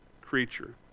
creature